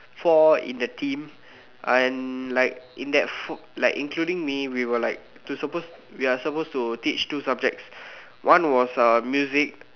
four in a team and like in that like including me we were like to suppose we are suppose to teach two subjects one was music